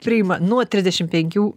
priima nuo trisdešim penkių